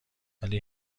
ولی